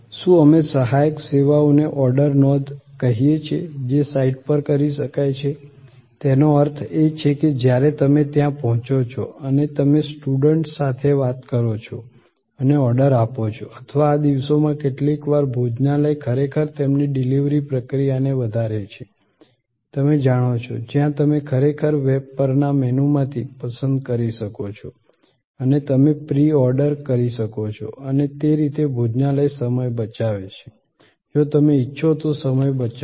શું અમે સહાયક સેવાઓને ઓર્ડર નોંધ કહીએ છીએ જે સાઇટ પર કરી શકાય છે તેનો અર્થ એ છે કે જ્યારે તમે ત્યાં પહોંચો છો અને તમે સ્ટુઅર્ડ સાથે વાત કરો છો અને ઓર્ડર આપો છો અથવા આ દિવસોમાં કેટલીકવાર ભોજનાલય ખરેખર તેમની ડિલિવરી પ્રક્રિયાને વધારે છે તમે જાણો છો જ્યાં તમે ખરેખર વેબ પરના મેનૂમાંથી પસંદ કરી શકો છો અને તમે પ્રી ઓર્ડર કરી શકો છો અને તે રીતે ભોજનાલય સમય બચાવે છે જો તમે ઇચ્છો તો સમય બચાવો